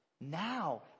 Now